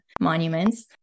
monuments